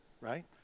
right